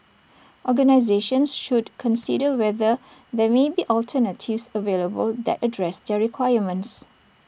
organisations should consider whether there may be alternatives available that address their requirements